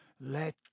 Let